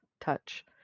touch